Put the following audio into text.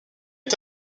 est